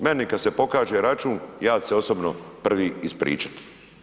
Meni kad se pokaže račun, ja ću osobno prvi ispričati.